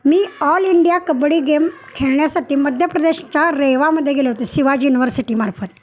मी all India kabaddi game खेळण्यासाठी मध्यप्रदेशच्या रेवामध्ये गेले होते शिवाजी युनवर्सिटीमार्फत